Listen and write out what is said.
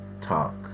talk